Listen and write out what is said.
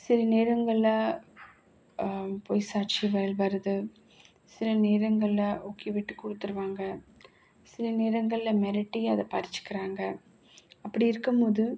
சில நேரங்களில் பொய் சாட்சிகள் வருது சில நேரங்களில் ஓகே விட்டு கொடுத்துருவாங்க சில நேரங்களில் மிரட்டி அதை பறிச்சுக்கிறாங்க அப்படி இருக்கும்போது